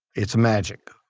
it's magic.